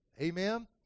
Amen